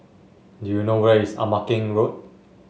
do you know where is Ama Keng Road